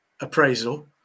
appraisal